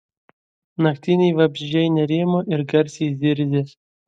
naktiniai vabzdžiai nerimo ir garsiai zirzė